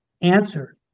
Answer